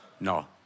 No